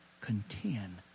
contend